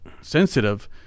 sensitive